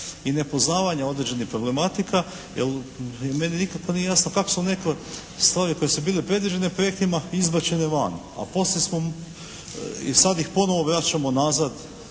i nepoznavanje određenih problematika, jer meni nikako nije jasno kako se neke stvari koje su bile predviđene projektima izbačene van, a poslije smo i sad ih ponovo vraćamo nazad